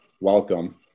Welcome